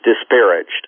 disparaged